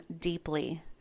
deeply